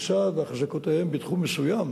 כיצד אחזקותיהם בתחום מסוים